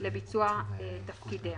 לביצוע תפקידיה".